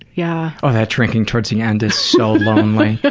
yeah oh that drinking towards the end is so lonely. but